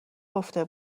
گفته